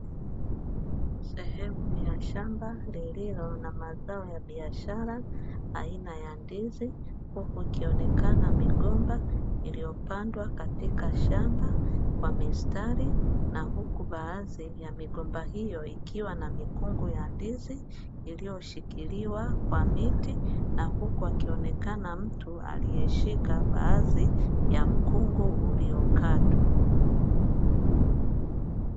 Sehemu ya shamba lililo na mazao ya biashara aina ya ndizi, huku ikionekana migomba iliyopandwa katika shamba kwa mistari na huku baadhi ya migomba hiyo ikiwa na mikungu ya ndizi iliyoshikiliwa kwa miti, na huku akionekana mtu aliyeshika baadhi ya mkungu uliokatwa.